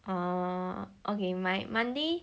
ah okay my monday